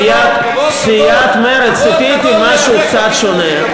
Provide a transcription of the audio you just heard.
אבל סיעת מרצ, ציפיתי למשהו קצת שונה.